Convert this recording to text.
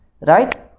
Right